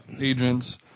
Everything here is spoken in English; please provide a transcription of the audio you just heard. agents